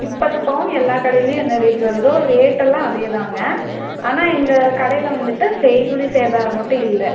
இப்போத்து பவுன் எல்லாம் கடையிலும் என்ன ரேட் வருதோ ரேட்டெல்லாம் அதே தாங்க ஆனால் எங்கள் கடையில் வந்துட்டு செய்கூலி சேதாரம் மட்டும் இல்லை